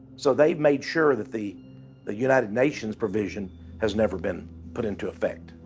so they've made sure that the the united nations provision has never been put into effect.